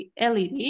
LED